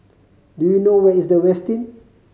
do you know where is The Westin